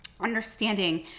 understanding